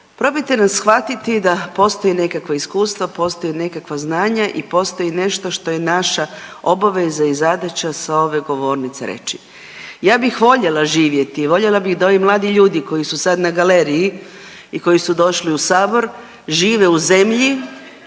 probajte nas shvatiti da postoji nekakva iskustva, postoje nekakva znanja i postoji nešto što je naša obaveza i zadaća sa ove govornice reći. Ja bih voljela živjeti i voljela bih da ovi mladi ljudi koji su sad na galeriji i koji su došli u Sabor žive u zemlji